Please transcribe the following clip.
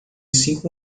cinco